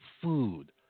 food